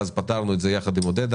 ואז פתרנו את זה יחד עם עודדה.